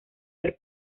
del